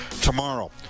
tomorrow